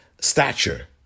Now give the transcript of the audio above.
stature